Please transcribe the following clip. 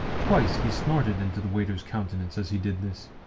twice he snorted into the waiter's countenance as he did this,